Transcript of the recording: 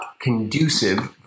conducive